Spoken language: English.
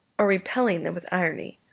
or repelling them with irony,